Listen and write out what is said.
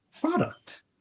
product